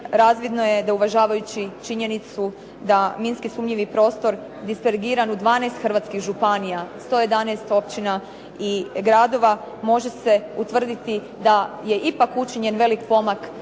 razvidno je da uvažavajući činjenicu da minski sumnjivi prostor … /Govornica se ne razumije./… u 12 hrvatskih županija, 111 općina i gradova, može se utvrditi da je ipak učinjen velik pomak